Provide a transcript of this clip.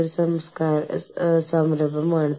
ഒരു വിസ ക്രമീകരിക്കേണ്ടതുണ്ട്